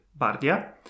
Bardia